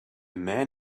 man